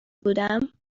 بودم